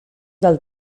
del